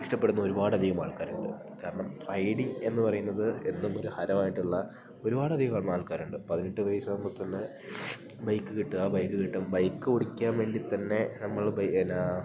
ഇഷ്ടപ്പെടുന്ന ഒരുപാട് അധികം ആൾക്കാരുണ്ട് കാരണം റൈഡിംഗ് എന്ന് പറയുന്നത് എന്നും ഒര് ഹരവായിട്ടുള്ള ഒരുപാടധികമാൾക്കാരുണ്ട് പതിനെട്ട് വയസാകുമ്പം തന്നെ ബൈക്ക് കിട്ടുക ബൈക്ക് കിട്ടും ബൈക്കോടിക്കാൻ വേണ്ടിത്തന്നെ നമ്മള് എന്നാൽ